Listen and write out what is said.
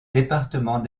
département